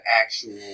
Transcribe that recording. actual